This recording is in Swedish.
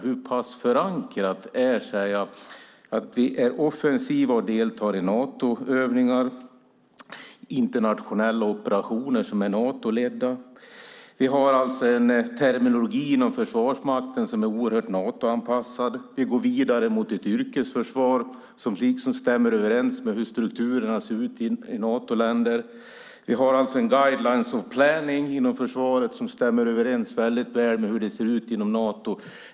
Hur pass förankrat är det att vi är offensiva och deltar i Natoövningar, i internationella operationer som är Natoledda? Vi har inom Försvarsmakten en terminologi som är oerhört Natoanpassad. Vi går vidare mot ett yrkesförsvar som stämmer överens med strukturerna i Natoländerna. Vi har inom försvaret guidelines for planning som väl stämmer överens med hur det ser ut inom Nato.